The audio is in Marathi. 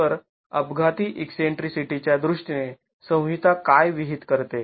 तर अपघाती ईकसेंट्रीसिटीच्या दृष्टीने संहिता काय विहित करते